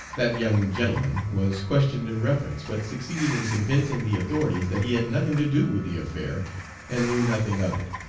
that young gentleman was questioned in reference, but succeeded in convincing the authorities that he had nothing to do with the affair and knew nothing of it.